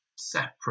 separate